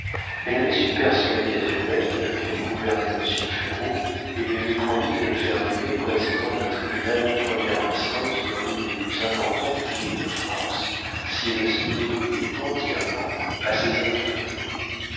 elle avait su persuader à delbecq qu'elle gouvernait monsieur ferraud et lui avait promis de le faire nommer président d'un tribunal de première instance dans l'une des plus importantes villes de france s'il se dévouait entièrement à ses intérêts